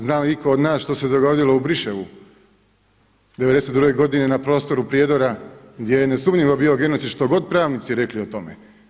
Zna li itko od nas što se dogodilo u Briševu 92. godine na prostoru Prijedora gdje je nesumnjivo bio genocid što god pravnici rekli o tome.